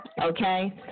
Okay